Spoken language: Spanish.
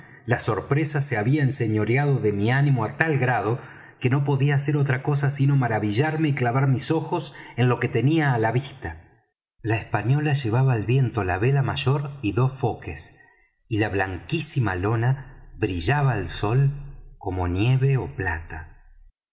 la sorpresa se había enseñoreado de mi ánimo á tal grado que no podía hacer otra cosa sino maravillarme y clavar mis ojos en lo que tenía á la vista la española llevaba al viento la vela mayor y dos foques y la blanquísima lona brillaba al sol como nieve ó plata